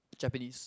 Japanese